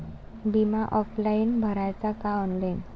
बिमा ऑफलाईन भराचा का ऑनलाईन?